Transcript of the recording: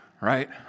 right